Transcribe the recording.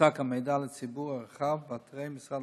יוצג המידע לציבור הרחב באתרי משרד